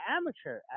amateur